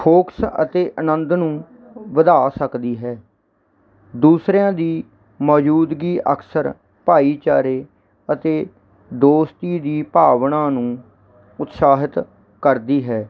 focus ਅਤੇ ਆਨੰਦ ਨੂੰ ਵਧਾ ਸਕਦੀ ਹੈ ਦੂਸਰਿਆਂ ਦੀ ਮੌਜੂਦਗੀ ਅਕਸਰ ਭਾਈਚਾਰੇ ਅਤੇ ਦੋਸਤੀ ਦੀ ਭਾਵਨਾ ਨੂੰ ਉਤਸ਼ਾਹਿਤ ਕਰਦੀ ਹੈ